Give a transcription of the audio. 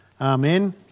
amen